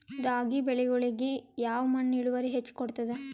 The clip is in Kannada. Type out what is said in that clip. ರಾಗಿ ಬೆಳಿಗೊಳಿಗಿ ಯಾವ ಮಣ್ಣು ಇಳುವರಿ ಹೆಚ್ ಕೊಡ್ತದ?